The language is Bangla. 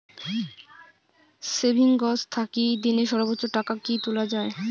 সেভিঙ্গস থাকি দিনে সর্বোচ্চ টাকা কি তুলা য়ায়?